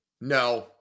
No